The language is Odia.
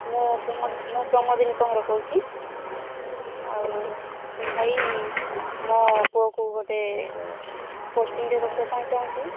ମୁଁ ପ୍ରମୋ ମୁଁ ପ୍ରମୋଦିନି କହଁର କହୁଛି ଆଉ ଭାଇ ମୋ ପୁଅକୁ ଗୋଟେ ପୋଷ୍ଟିଂରେ ରଖିବା ପାଇଁ ଚାହୁଁଛି